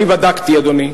אני בדקתי, אדוני.